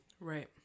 right